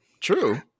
True